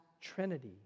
Trinity